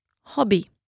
hobby